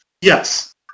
yes